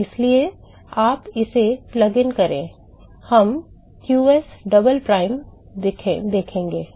तो इसलिए आप इसे प्लग इन करें हम qs डबल प्राइम देखेंगे